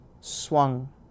swung